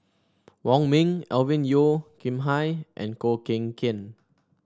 Wong Ming Alvin Yeo Khirn Hai and Koh Ken Kian